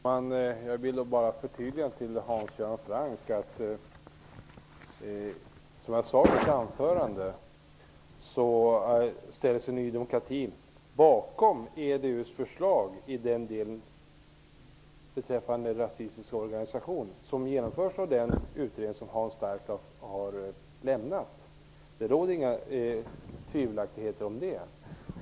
Herr talman! Jag vill göra ett förtydligande för Hans Göran Franck. Som jag sade i mitt anförande ställer sig Ny demokrati bakom det förslag som EDU, den utredning som Hans Stark har lämnat, har lagt fram vad gäller rasistiska organisationer. Det råder inget tvivel om det.